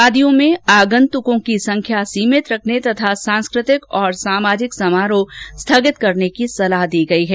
शादियों में आगंतुकों की संख्या सीमित रखने तथा सांस्कृतिक तथा सामाजिक समारोह स्थगित करने की सलाह दी गयी है